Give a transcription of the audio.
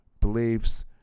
beliefs